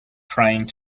trying